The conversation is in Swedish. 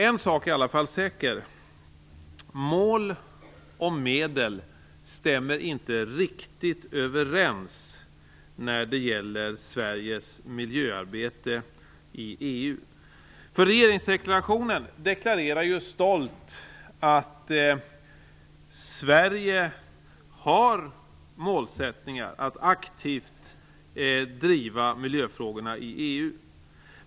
En sak är i alla fall säker: Mål och medel stämmer inte riktigt överens när det gäller Sveriges miljöarbete i EU. I regeringsdeklarationen deklareras stolt att Sverige har målsättningar att aktivt driva miljöfrågorna i EU.